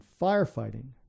firefighting